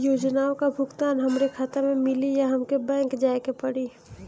योजनाओ का भुगतान हमरे खाता में मिली या हमके बैंक जाये के पड़ी?